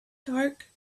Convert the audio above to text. dark